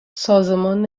سازمان